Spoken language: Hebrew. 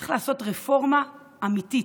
צריך לעשות רפורמה אמיתית,